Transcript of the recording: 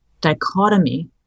dichotomy